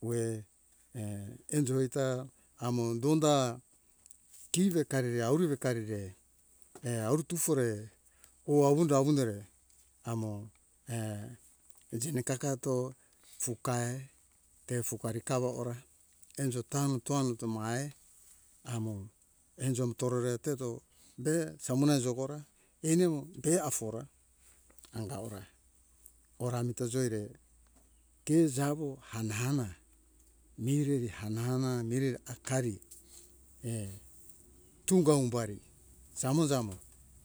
Oe err enjoi ta amo donda kive karire arrive karire err aru tufore or awundo wundore amo err jine kakato fukae te fukari kawo hora enjo tamo tamo tomai amo enjo mo torore teto be samona jogora eni amo be afora anga ora kora amita joere ke kawo hana hana mireri hana hana mireri hakari err tunga umbari jamo jamo